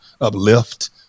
uplift